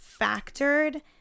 factored